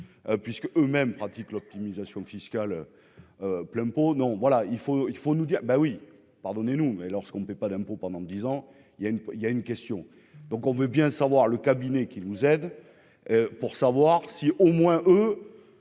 puisque eux-mêmes pratiquent l'optimisation fiscale plein pot non, voilà, il faut, il faut nous dire : ben oui, pardonnez-nous, mais lorsqu'on ne paye pas d'impôts pendant 10 ans, il y a une il y a une question donc : on veut bien savoir le cabinet qui nous aide pour savoir si au moins, eux,